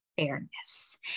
Fairness